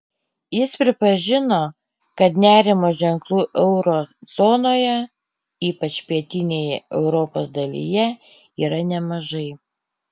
jis pripažino kad nerimo ženklų euro zonoje ypač pietinėje europos dalyje yra nemažai